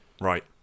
Right